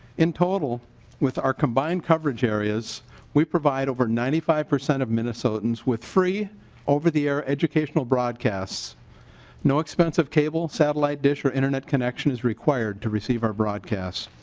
in total with our combined coverage areas we provide over ninety five percent of minnesotans with free over the air educational broadcasts no expense of cable satellite dish or internet connection is required to receive our broadcast.